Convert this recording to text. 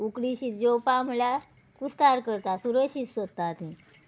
उकडें शीत जेवपा म्हळ्यार कुस्तार करता सुरय शीत सोदता ती